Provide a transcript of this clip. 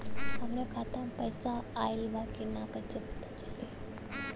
हमरे खाता में पैसा ऑइल बा कि ना कैसे पता चली?